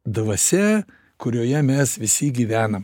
dvasia kurioje mes visi gyvenam